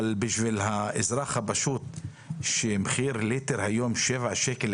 אבל בשביל האזרח הפשוט שמחיר ליטר היום 7.20 שקלים,